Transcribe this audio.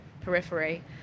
periphery